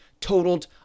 totaled